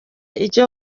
icyo